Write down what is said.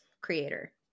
creator